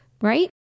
right